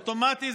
אוטומטית,